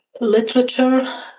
literature